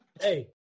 hey